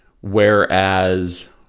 Whereas